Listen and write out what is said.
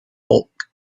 bulk